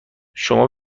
شما